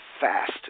fast